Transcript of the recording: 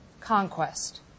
conquest